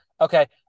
okay